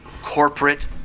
corporate